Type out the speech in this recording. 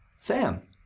Sam